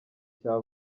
cya